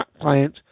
client